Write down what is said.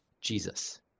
Jesus